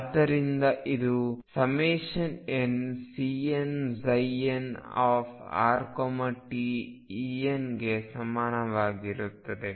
ಆದ್ದರಿಂದ ಇದು nCnnrtEnಗೆ ಸಮಾನವಾಗಿರುತ್ತದೆ